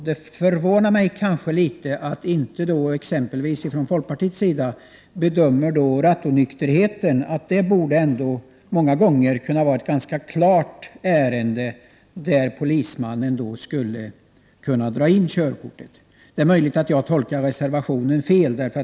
Det förvånar mig att inte folkpartiet bedömer att rattonykterhet är ett så klart trafikbrott att polisman skall kunna dra in körkortet. Men det är möjligt att jag tolkar reservationen fel.